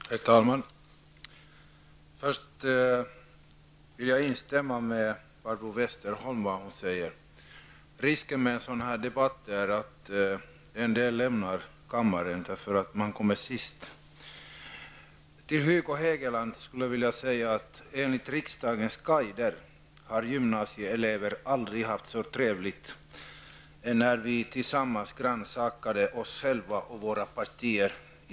Herr talman! Först vill jag instämma med Barbro Westerholm. Risken med en sådan här debatt är att en del lämnar kammaren därför att de kommer sist. Till Hugo Hegeland vill jag säga att enligt riksdagens guider har gymnasieelever aldrig haft så trevligt som när vi inför dem tillsammans rannsakade oss själva och våra partier.